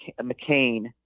McCain